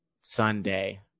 Sunday